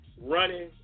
running